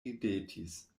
ridetis